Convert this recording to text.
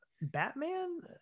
Batman